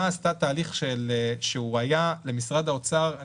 עשתה תהליך שהיה למשרד האוצר לא קל,